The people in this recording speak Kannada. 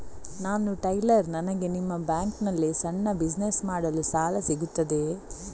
ನಾನು ಟೈಲರ್, ನನಗೆ ನಿಮ್ಮ ಬ್ಯಾಂಕ್ ನಲ್ಲಿ ಸಣ್ಣ ಬಿಸಿನೆಸ್ ಮಾಡಲು ಸಾಲ ಸಿಗುತ್ತದೆಯೇ?